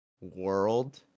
world